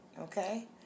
Okay